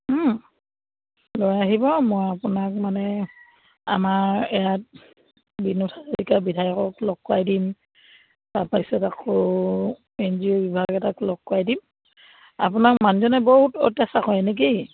লৈ আহিব মই আপোনাক মানে আমাৰ ইয়াত বিনোদ হাজৰিকা বিধায়কক লগ কৰাই দিম তাৰ পিছত আকৌ এন জি অ' বিভাগ এটাক লগ কৰাই দিম আপোনাক মানুহজনে বহুত অত্যাচাৰ কৰে নে কি